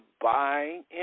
buying